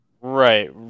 Right